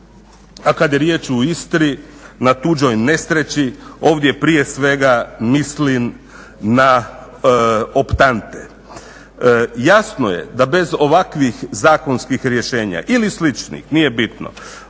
A kada je riječ o Istri na tuđoj nesreći. Ovdje prije svega mislim na optante. Jasno je da bez ovakvih zakonskih rješenja ili sličnih, nije bitno,